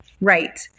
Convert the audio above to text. Right